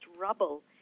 rubble